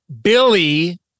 Billy